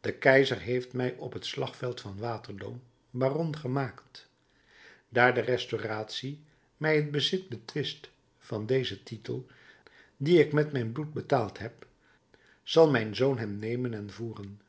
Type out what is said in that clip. de keizer heeft mij op het slagveld van waterloo baron gemaakt daar de restauratie mij het bezit betwist van dezen titel dien ik met mijn bloed betaald heb zal mijn zoon hem nemen en voeren